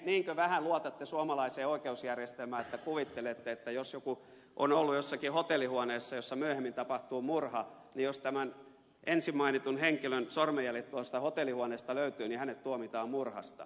niinkö vähän luotatte suomalaiseen oikeusjärjestelmään että kuvittelette että jos joku on ollut jossakin hotellihuoneessa jossa myöhemmin tapahtuu murha niin jos tämän ensin mainitun henkilön sormenjäljet tuosta hotellihuoneesta löytyvät niin hänet tuomitaan murhasta